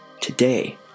Today